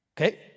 okay